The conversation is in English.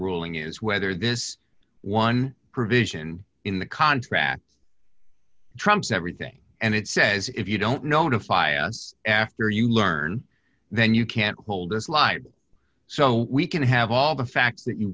ruling is whether this one provision in the contract trumps everything and it says if you don't notify us after you learn then you can't hold a slide so we can have all the facts that you